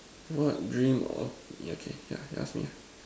what dream of okay yeah you ask me ah